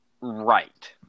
right